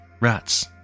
rats